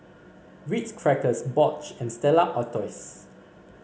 Ritz Crackers Bosch and Stella Artois